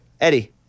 Eddie